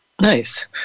Nice